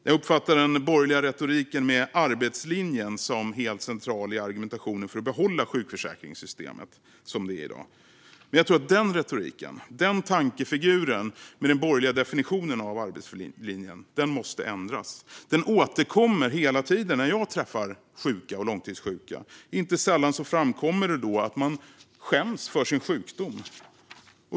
Jag uppfattar den borgerliga retoriken med arbetslinjen som helt central i argumentationen för att behålla sjukförsäkringssystemet som det är i dag. Men jag tror att den retoriken - den tankefiguren med den borgerliga definitionen av arbetslinjen - måste ändras. Den återkommer hela tiden när jag träffar sjuka och långtidssjuka. Inte sällan framkommer det att man skäms för sin sjukdom.